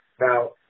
Now